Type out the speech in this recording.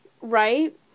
Right